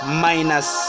minus